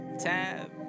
Tab